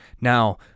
Now